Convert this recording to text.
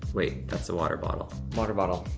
wait, that's the water bottle. water bottle.